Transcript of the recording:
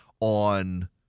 on